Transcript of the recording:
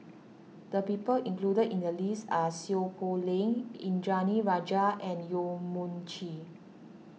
the people included in the list are Seow Poh Leng Indranee Rajah and Yong Mun Chee